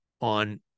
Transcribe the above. on